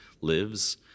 lives